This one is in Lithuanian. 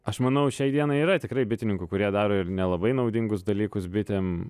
aš manau šiai dienai yra tikrai bitininkų kurie daro ir nelabai naudingus dalykus bitėm